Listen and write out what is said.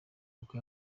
kuko